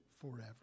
forever